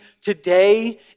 today